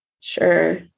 Sure